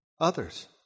others